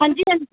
हां जी हां जी